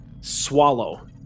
swallow